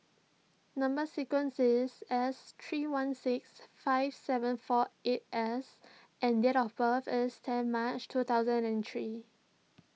Number Sequence is S three one six five seven four eight S and date of birth is ten March two thousand and three